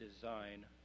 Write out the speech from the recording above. design